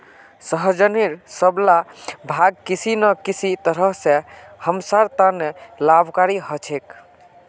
सहजनेर सब ला भाग किसी न किसी तरह स हमसार त न लाभकारी ह छेक